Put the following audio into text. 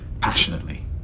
passionately